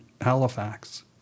Halifax